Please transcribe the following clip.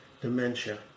dementia